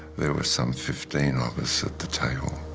there were some fifteen of us at the table.